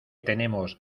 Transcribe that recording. tenemos